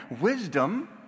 Wisdom